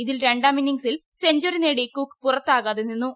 ഇതിൽ രണ്ടാം ഇന്നിങ്ങ്സിൽ സെഞ്ചറി നേടി കുക്ക് പുറത്താകാതെ നിന്നു